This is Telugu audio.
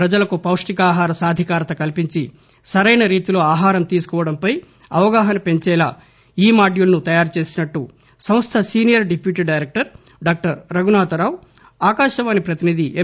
పజలకు పౌష్ణికాహార సాధికారత కల్పించి సరైన రీతిలో ఆహారం తీసుకోవడంపై అవగాహన పెంచేలా ఈ మాడ్యూల్ను తయారు చేసినట్లు సంస్ల senior deputy director doctor Raghunatharao Akashvani ప్రతినిధి ఎం